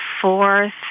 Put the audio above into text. fourth